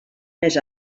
més